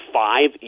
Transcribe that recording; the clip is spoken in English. five